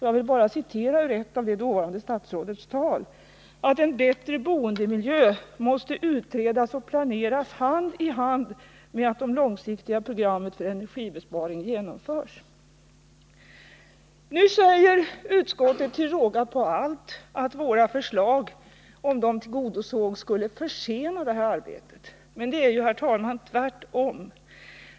Jag vill citera ur ett av dåvarande statsrådets tal: ”Bättre boendemiljö måste emellertid utredas och planeras hand i hand med att det långsiktiga programmet för energibesparing genomförs.” Nu säger utskottet till råga på allt att våra förslag, om de tillgodosågs, skulle försena detta arbete. Men det är ju, herr talman, tvärtom.